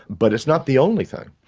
but it's not the only thing.